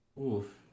Oof